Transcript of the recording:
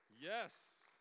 Yes